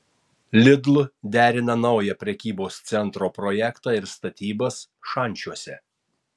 lidl derina naują prekybos centro projektą ir statybas šančiuose